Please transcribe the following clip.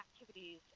activities